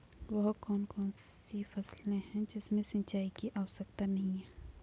वह कौन कौन सी फसलें हैं जिनमें सिंचाई की आवश्यकता नहीं है?